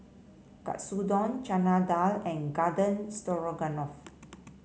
Katsudon Chana Dal and Garden Stroganoff